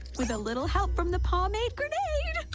with a little help from the paw maker now